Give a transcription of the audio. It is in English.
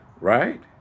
right